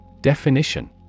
Definition